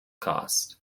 cost